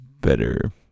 better